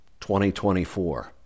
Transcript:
2024